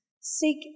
seek